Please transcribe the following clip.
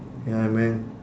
ya man